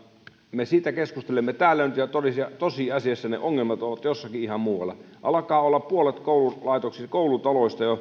me siitä keskustelemme täällä ja tosiasiassa ne ongelmat ovat jossakin ihan muualla alkaa olla puolet koulutaloista